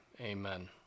Amen